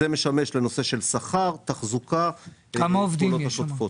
זה משמש לנושא של שכר, תחזוקה ופעולות נוספות.